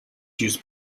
use